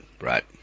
Right